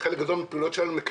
חרדים לא משתלבים.